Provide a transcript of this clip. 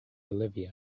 olivia